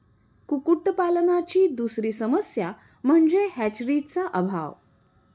कुक्कुटपालनाची दुसरी समस्या म्हणजे हॅचरीचा अभाव